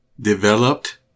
Developed